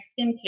skincare